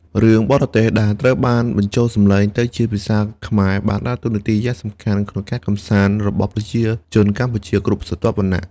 រឿងបរទេសដែលត្រូវបានបញ្ចូលសម្លេងទៅជាភាសាខ្មែរបានដើរតួនាទីយ៉ាងសំខាន់ក្នុងការកម្សាន្តរបស់ប្រជាជនកម្ពុជាគ្រប់ស្រទាប់វណ្ណៈ។